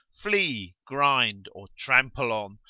flea, grind, or trample on,